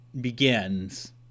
begins